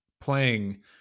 playing